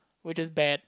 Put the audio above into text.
which is bad